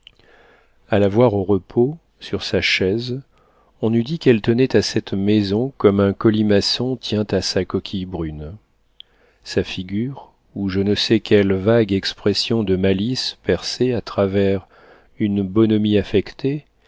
la voir au repos sur sa chaise on eût dit qu'elle tenait à cette maison comme un colimaçon tient à sa coquille brune sa figure où je ne sais quelle vague expression de malice perçait à travers une bonhomie affectée